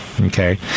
Okay